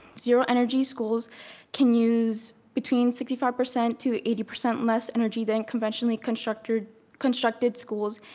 zero energy schools can use between sixty five percent to eighty percent less energy than conventionally constructed constructed schools,